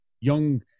young